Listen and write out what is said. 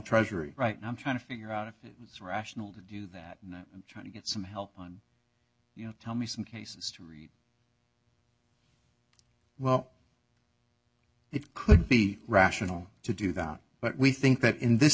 treasury right now i'm trying to figure out if it was rational to do that and try to get some help on you know tell me some cases to read well it could be rational to do that but we think that in this